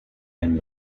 and